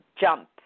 jump